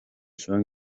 zuen